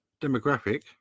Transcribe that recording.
demographic